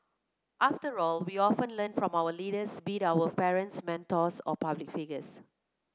after all we often learn from our leaders be it our parents mentors or public figures